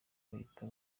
bahita